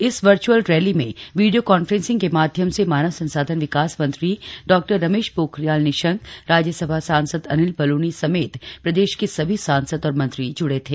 इस virtual rally में video conference के माध्यम से मानव संसाधन विकास मंत्री डॉ रमेश पोखरियाल निशंक राज्यसभा सांसद अनिल बलूनी समेत प्रदेश के सभी सांसद और मंत्री जुड़े थे